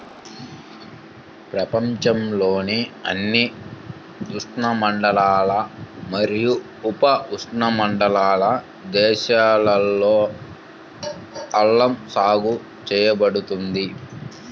ప్రపంచంలోని అన్ని ఉష్ణమండల మరియు ఉపఉష్ణమండల దేశాలలో అల్లం సాగు చేయబడుతుంది